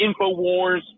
Infowars